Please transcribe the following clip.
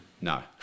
No